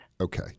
Okay